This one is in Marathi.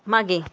मागे